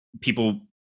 people